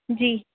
جی